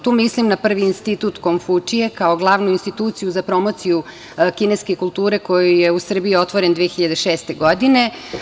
Tu mislim na prvi Institut „Konfučije“ kao glavu instituciju za promociju kineske kulture, koji je u Srbiji otvoren 2006. godine.